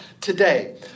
today